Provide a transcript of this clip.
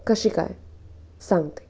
कशी काय सांगते